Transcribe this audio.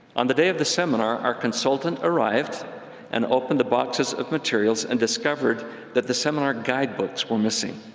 on the day of the seminar, our consultant arrived and opened the boxes of materials and discovered that the seminar guidebooks were missing.